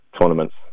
tournaments